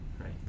Right